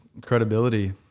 credibility